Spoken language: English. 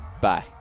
Bye